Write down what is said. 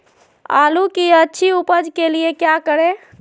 आलू की अच्छी उपज के लिए क्या करें?